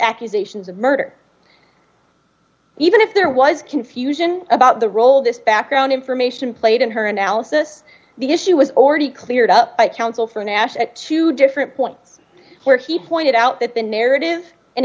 accusations of murder even if there was confusion about the role this background information played in her analysis because she was already cleared up by counsel for nash and two different points where he pointed out that the narrative